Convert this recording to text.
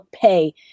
pay